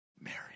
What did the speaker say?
Mary